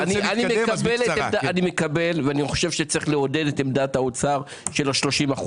אני מקבל ואני חושב שצריך לעודד את עמדת האוצר של ה-30%,